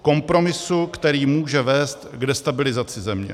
Kompromisu, který může vést k destabilizaci země.